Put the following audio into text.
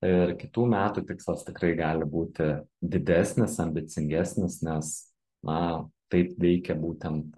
ir kitų metų tikslas tikrai gali būti didesnis ambicingesnis nes na taip veikia būtent